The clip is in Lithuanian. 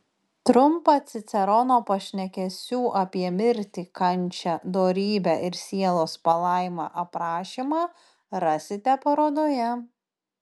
trumpą cicerono pašnekesių apie mirtį kančią dorybę ir sielos palaimą aprašymą rasite parodoje